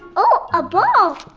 oh a ball!